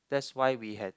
that's why we have